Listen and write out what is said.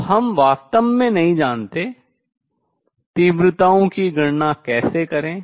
तो हम वास्तव में नहीं जानते तीव्रताओं की गणना कैसे करें